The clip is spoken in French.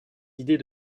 idées